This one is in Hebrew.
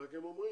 רק הם אומרים,